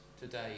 today